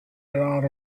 out